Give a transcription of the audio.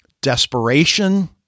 desperation